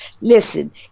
Listen